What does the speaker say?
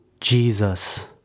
Jesus